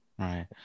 Right